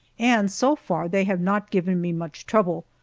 and so far they have not given me much trouble,